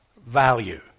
value